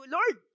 Lord